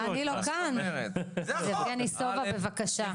סובה, בבקשה.